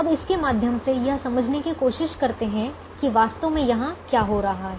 अब इसके माध्यम से यह समझने की कोशिश करते हैं कि वास्तव में यहाँ क्या हो रहा है